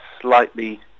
slightly